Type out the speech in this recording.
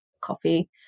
coffee